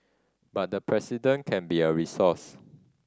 but the President can be a resource